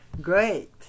Great